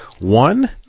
one